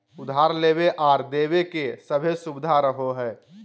उधार लेबे आर देबे के सभै सुबिधा रहो हइ